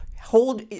hold